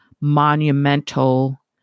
monumental